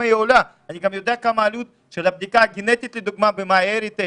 אני גם יודע מה עלות הבדיקה הגנטית לדוגמה ב-MyHeritage.